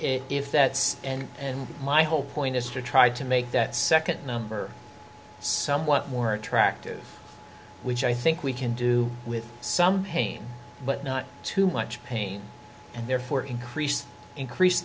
if that's and my whole point is to try to make that second number somewhat more attractive which i think we can do with some pain but not too much pain and therefore increase increase